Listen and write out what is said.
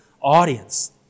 audience